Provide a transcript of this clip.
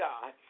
God